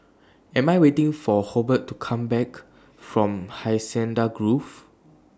and I Am waiting For Hobart to Come Back from Hacienda Grove